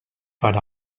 but